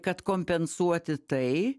kad kompensuoti tai